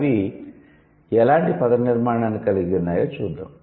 అవి ఎలాంటి పద నిర్మాణాన్ని కలిగి ఉన్నాయో చూద్దాం